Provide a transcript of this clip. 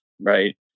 right